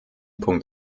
punkt